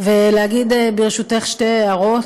ואגיד ברשותך שתי הערות: